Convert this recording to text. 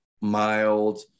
mild